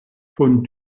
von